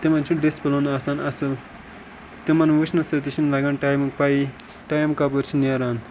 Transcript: تِمَن چھُ ڈِسپٕلِن آسان اَصٕل تِمَن وٕچھنہٕ سۭتی تہِ چھِنہٕ لگان ٹامُک پَیی ٹایم کَپٲرۍ چھِ نیران